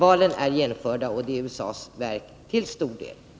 Valen är genomförda, och det är till stor del USA:s verk.